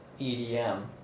EDM